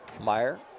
Meyer